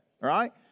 right